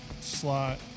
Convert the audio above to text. slot